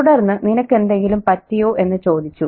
തുടർന്ന് നിനക്ക് എന്തെങ്കിലും പറ്റിയോ എന്ന് ചോദിച്ചു